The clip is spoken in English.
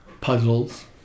puzzles